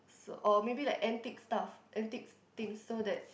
or maybe like antique stuff antique things so that